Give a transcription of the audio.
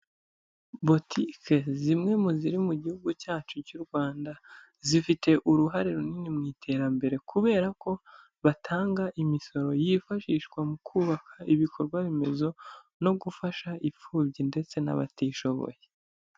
Butike, zimwe mu ziri mu gihugu cyacu cy'u Rwanda zifite uruhare runini mu iterambere, kubera ko batanga imisoro yifashishwa mu kubaka ibikorwaremezo no gufasha imfubyi ndetse n'abatishoboye.